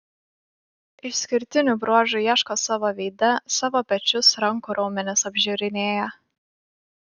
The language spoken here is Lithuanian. išskirtinių bruožų ieško savo veide savo pečius rankų raumenis apžiūrinėja